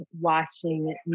watching